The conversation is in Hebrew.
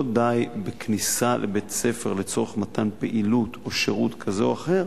לא די בכניסה לבית-ספר לצורך מתן פעילות או שירות כזה או אחר